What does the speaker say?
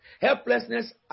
Helplessness